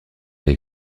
les